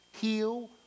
Heal